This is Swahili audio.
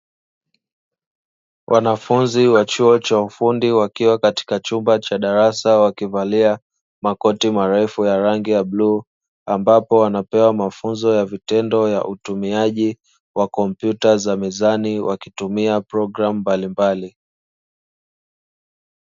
Wanafunzi wa chuo cha ufundi wakiwa katika chumba cha darasa wakivalia makoti marefu ya rangi ya buluu, ambapo wanapewa mafunzo ya vitendo ya utumiaji wa kompyuta za mezani wakitumia programu mbalimbali.